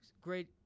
great